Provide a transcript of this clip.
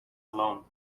alone